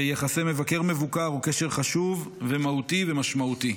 יחסי מבקר מבוקר, הוא קשר חשוב, מהותי ומשמעותי.